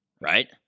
right